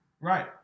Right